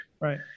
right